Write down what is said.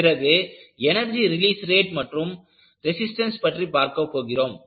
பிறகு energy release rate மற்றும் resistance பற்றி பார்க்க போகிறோம்